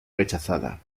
rechazada